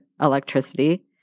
electricity